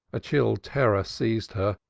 a chill terror seized her.